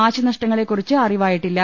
നാശനഷ്ടങ്ങളെക്കുറിച്ച് അറി വായിട്ടില്ല